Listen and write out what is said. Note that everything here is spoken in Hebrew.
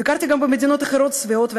ביקרתי גם במדינות אחרות, שבעות ועשירות,